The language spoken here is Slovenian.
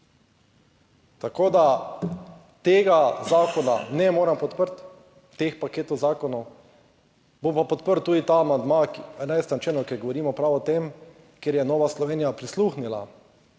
jutro. Tega zakona ne morem podpreti, teh paketov zakonov. Bom pa podprl tudi ta amandma k 11. členu, ker govorimo prav o tem, ker je Nova Slovenija prisluhnila,